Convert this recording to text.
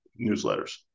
newsletters